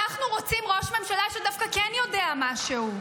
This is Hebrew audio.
אנחנו רוצים ראש ממשלה שדווקא כן יודע משהו.